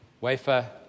wafer